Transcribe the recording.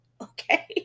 okay